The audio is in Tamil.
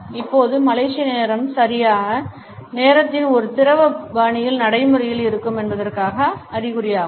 இப்போது மலேசிய நேரம் சரியான நேரத்தில் ஒரு திரவ பாணியில் நடைமுறையில் இருக்கும் என்பதற்கான அறிகுறியாகும்